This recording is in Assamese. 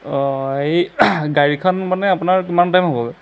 অ' এই গাড়ীখন মানে আপোনাৰ কিমান টাইম হ'বগৈ